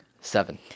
Seven